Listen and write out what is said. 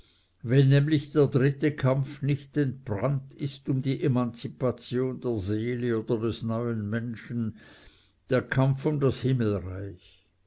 wenn nämlich der dritte kampf nicht entbrannt ist um die emanzipation der seele oder des neuen menschen der kampf um das himmelreich